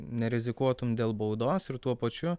nerizikuotum dėl baudos ir tuo pačiu